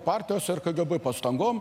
partijos ir kgb pastangom